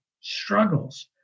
struggles